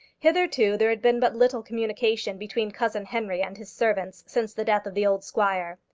hitherto there had been but little communication between cousin henry and his servants since the death of the old squire.